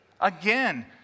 Again